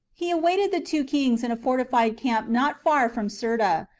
he awaited the two kings in a fortified camp not far from cirta,